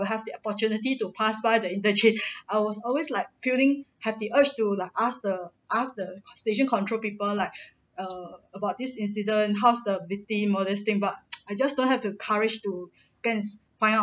will have the opportunity to pass by the interchange I was always like feeling have the urge to like ask the ask the station control people like err about this incident how's the victim all this thing but I just don't have the courage to go and find out